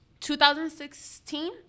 2016